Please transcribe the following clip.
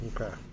Okay